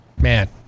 Man